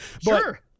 Sure